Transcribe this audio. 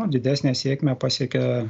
didesnę sėkmę pasiekia